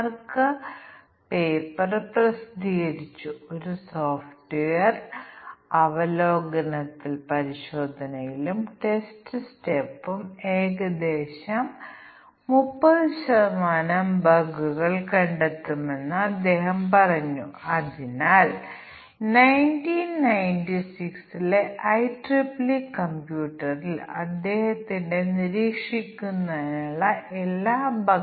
നമുക്ക് നിരവധി പാരാമീറ്ററുകൾ ഉണ്ട് ചില പാരാമീറ്ററുകൾ നേരിട്ട് ഇൻപുട്ട് ചെയ്യുന്നു ചില പാരാമീറ്ററുകൾ സ്റ്റേറ്റ് വേരിയബിളുകൾ അല്ലെങ്കിൽ എൻവയോൺമെന്റ് വേരിയബിളുകൾ ആണെന്ന് കണ്ടെത്താൻ ശ്രമിക്കുന്ന കോമ്പിനേറ്റർ ടെസ്റ്റിംഗ് പ്രശ്നം നോക്കാം ആ പരാമീറ്ററുകളുടെ പ്രത്യേക കോമ്പിനേഷനുകൾക്കായി ഞങ്ങൾ പരീക്ഷിക്കേണ്ടതുണ്ട് കാരണം പ്രശ്നമുണ്ടാകാം